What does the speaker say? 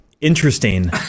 Interesting